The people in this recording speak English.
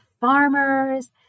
farmers